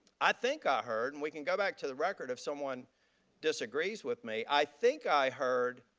i think i heard and we can go back to the record if someone disagrees with me. i think i heard